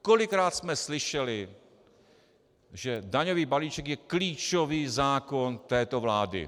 Kolikrát jsme slyšeli, že daňový balíček je klíčový zákon této vlády?